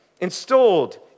installed